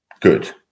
good